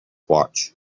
watch